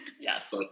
Yes